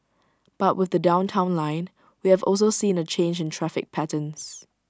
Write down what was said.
but with the downtown line we have also seen A change in traffic patterns